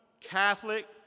Catholic